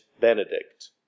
Benedict